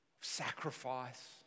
sacrifice